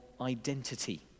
identity